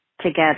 together